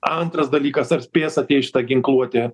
antras dalykas ar spės ateit šita ginkluotė